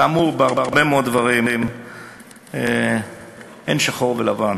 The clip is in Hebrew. כאמור, בהרבה מאוד דברים אין שחור ולבן.